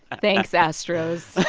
ah thanks, astros